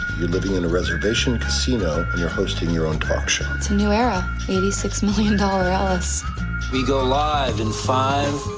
you're living in a reservation casino, and you're hosting your own talk show it's a new era eighty six million dollar alice we go live in five,